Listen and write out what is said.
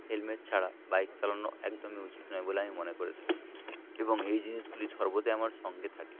helmet ছাড়া bike চালানো একদমই উচিত নয় বলে আমি মনে করে থাকি এবং এই জিনিসগুলি সর্বদাই আমার সঙ্গে থাকে